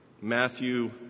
Matthew